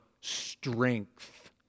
strength